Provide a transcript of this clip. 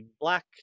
black